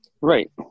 Right